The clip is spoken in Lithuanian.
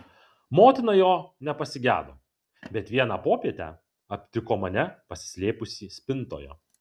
motina jo nepasigedo bet vieną popietę aptiko mane pasislėpusį spintoje